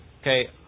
okay